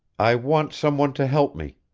i want some one to help me.